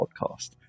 podcast